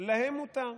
להם מותר,